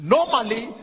Normally